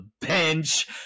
bench